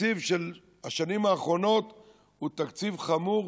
התקציב של השנים האחרונות הוא תקציב חמור,